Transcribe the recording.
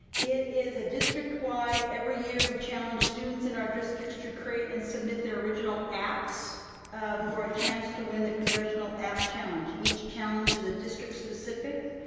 it is a district wide, every year we challenge students in our district to create and submit their original apps for a chance to win the congressional app challenge. each challenge is a district specific.